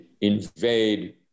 invade